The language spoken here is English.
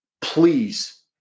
please